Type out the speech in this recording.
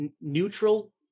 neutral